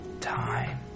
time